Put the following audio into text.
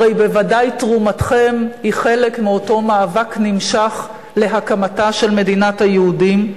הרי בוודאי תרומתכם היא חלק מאותו מאבק נמשך להקמתה של מדינת היהודים,